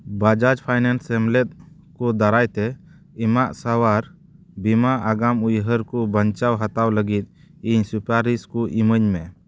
Bajaj finance ᱥᱮᱢᱞᱮᱫ ᱠᱚ ᱫᱟᱨᱟᱭᱛᱮ ᱮᱢᱟᱜ ᱥᱟᱶᱟᱨ ᱵᱤᱢᱟ ᱟᱜᱟᱢ ᱩᱭᱦᱟᱹᱨ ᱠᱚ ᱵᱟᱧᱪᱟᱣ ᱦᱟᱛᱟᱣ ᱞᱟᱹᱜᱤᱫ ᱤᱧ ᱥᱩᱯᱟᱨᱤᱥ ᱠᱚ ᱤᱢᱟᱹᱧ ᱢᱮ